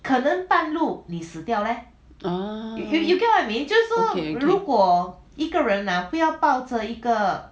orh okay okay